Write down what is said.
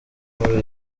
muri